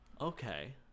Okay